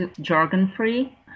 jargon-free